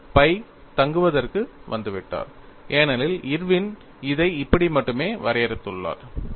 ஆனால் pi தங்குவதற்கு வந்துவிட்டார் ஏனெனில் இர்வின் இதை இப்படி மட்டுமே வரையறுத்துள்ளார்